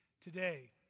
today